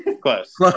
Close